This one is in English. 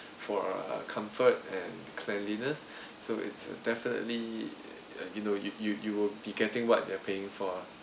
for uh comfort and cleanliness so it's definitely you know you you you will be getting what you're paying for